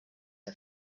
are